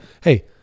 hey